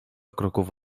kroków